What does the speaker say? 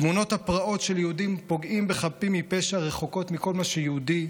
תמונות הפרעות של יהודים פוגעים בחפים מפשע רחוקות מכל מה שיהודי,